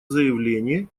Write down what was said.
заявление